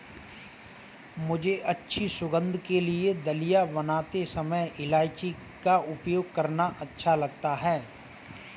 मुझे अच्छी सुगंध के लिए दलिया बनाते समय इलायची का उपयोग करना अच्छा लगता है